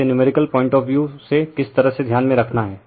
इसे numerical point of view से किस तरह से ध्यान में रखना है